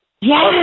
Yes